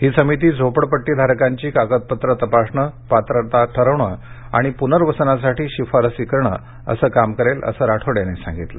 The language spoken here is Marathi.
ही समिती झोपडपट्टीधारकांची कागदपत्रं तपासणे पात्रता ठरवणे आणि पूनर्वसनासाठी शिफारसी करणे असं काम करेल असं राठोड यांनी सांगितलं